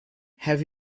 have